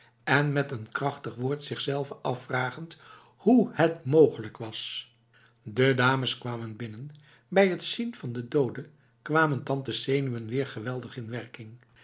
en met een krachtig woord zichzelve afvragend hoe het mogelijk was de dames kwamen binnen bij het zien van de dode kwamen tantes zenuwen weer geweldig in werking